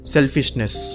Selfishness